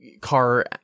car